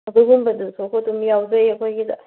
ꯑꯗꯨꯒꯨꯝꯕꯗꯨꯁꯨ ꯑꯩꯈꯣꯏ ꯑꯗꯨꯝ ꯌꯥꯎꯖꯩ ꯑꯩꯈꯣꯏꯒꯤꯗ